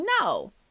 No